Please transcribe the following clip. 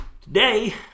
Today